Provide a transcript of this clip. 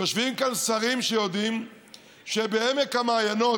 יושבים כאן שרים שיודעים שבעמק המעיינות,